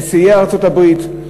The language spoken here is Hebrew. נשיאי ארצות-הברית,